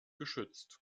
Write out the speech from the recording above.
geschützt